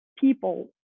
People